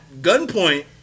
gunpoint